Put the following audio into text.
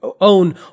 own